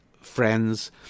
friends